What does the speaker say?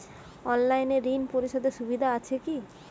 অনলাইনে ঋণ পরিশধের সুবিধা আছে কি?